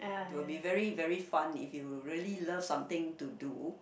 will be very very fun if you really love something to do